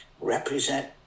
represent